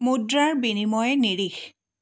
মুদ্ৰাৰ বিনিময় নিৰিখ